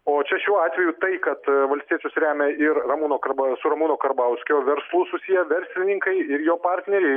o čia šiuo atveju tai kad valstiečius remia ir ramūno karbau su ramūno karbauskio verslu susiję verslininkai ir jo partneriai